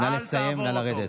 נא לסיים, נא לרדת.